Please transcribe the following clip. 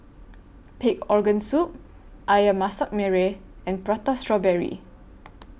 Pig Organ Soup Ayam Masak Merah and Prata Strawberry